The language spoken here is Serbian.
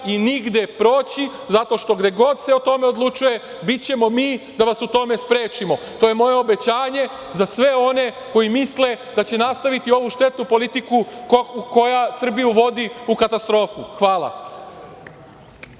i nigde proći zato što gde god se o tome odlučuje, bićemo mi da vas u tome sprečimo. To je moje obećanje za sve one koji misle da će nastaviti ovu štetnu politiku koja Srbiju vodi u katastrofu. Hvala.